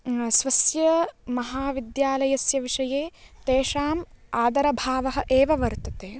स्वस्य महाविद्यालयस्य विषये तेषाम् आदरभावः एव वर्तते